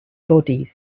bodies